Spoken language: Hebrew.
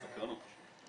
סקרנות פשוט.